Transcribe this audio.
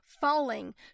falling